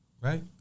right